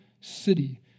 city